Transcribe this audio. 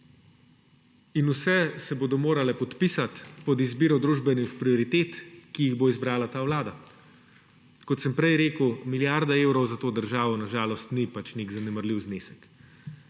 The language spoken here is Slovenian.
in vse se bodo morale podpisati pod izbiro družbenih prioritet, ki jih bo izbrala ta vlada. Kot sem prej rekel, milijarda evrov za to državo na žalost ni nek zanemarljiv znesek.